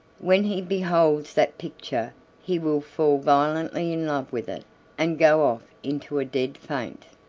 when he beholds that picture he will fall violently in love with it and go off into a dead faint,